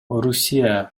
орусия